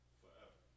forever